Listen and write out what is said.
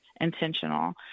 intentional